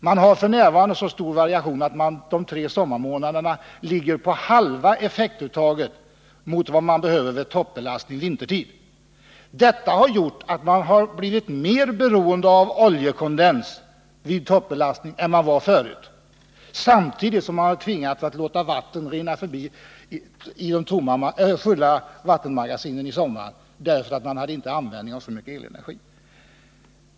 Man har f. n. så stor variation att effektuttaget de tre sommarmånaderna är hälften av vad man behöver vid toppbelastning vintertid. Detta har gjort att man har blivit mer beroende av oljekondens vid toppbelastning än man var tidigare, samtidigt som man har tvingats låta vatten rinna förbi i de fulla vattenmagasinen under sommaren därför att man inte har användning av så mycket elenergi.